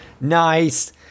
Nice